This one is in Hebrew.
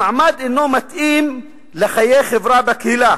המועמד אינו מתאים לחיי החברה בקהילה